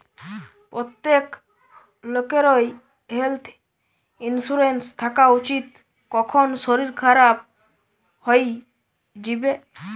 প্রত্যেক লোকেরই health insurance থাকা উচিত, কখন শরীর খারাপ হই যিবে